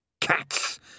Cats